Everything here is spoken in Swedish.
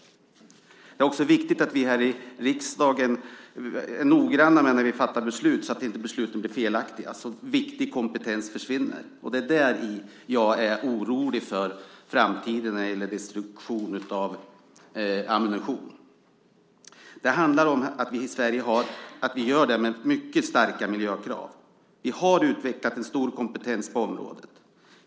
Det är också viktigt att vi här i riksdagen är noggranna när vi fattar beslut så att inte besluten blir felaktiga och så att inte viktig kompetens försvinner. Det är där jag är orolig för framtiden när det gäller destruktion av ammunition. Det handlar om att vi i Sverige gör detta med mycket starka miljökrav. Vi har utvecklat en stor kompetens på området.